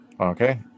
okay